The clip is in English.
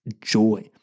joy